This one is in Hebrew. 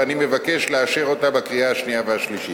ואני מבקש לאשר אותה בקריאה השנייה והשלישית.